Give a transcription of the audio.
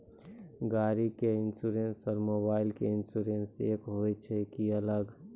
गाड़ी के इंश्योरेंस और मोबाइल के इंश्योरेंस एक होय छै कि अलग?